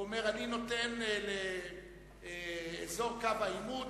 והוא אומר: אני נותן לאזור קו העימות,